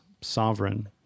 sovereign